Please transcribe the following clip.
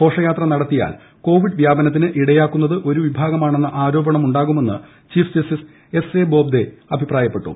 ഘോഷയാത്ര നടത്തിയാൽ കോവിഡ് വ്യാപനത്തിന് ഇടയാക്കുന്നത് ഒരു വിഭാഗമാണെന്ന ആരോപണമുണ്ടാകു മെന്ന് chief justice S A Bobde അഭിപ്രായപ്പെട്ടു